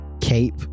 cape